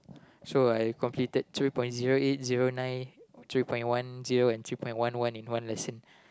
so I completed three point zero eight zero nine three point one zero and three point one one in one lesson